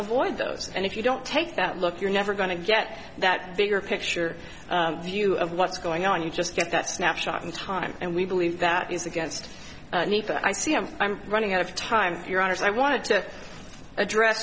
avoid those and if you don't take that look you're never going to get that bigger picture view of what's going on you just get that snapshot in time and we believe that is against the i c m i'm running out of time your honour's i want to address